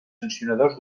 sancionadors